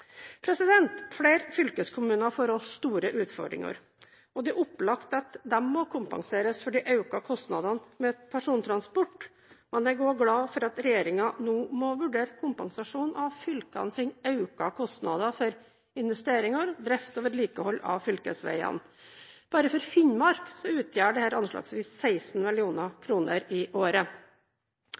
Flere fylkeskommuner får nå store utfordringer. Det er opplagt at de må kompenseres for de økte kostnadene til persontransport. Jeg er også glad for at regjeringen nå må vurdere kompensasjon av fylkenes økte kostnader for investeringer, drift og vedlikehold av fylkesveiene. Bare for Finnmark utgjør dette anslagsvis 16 mill. kr i året.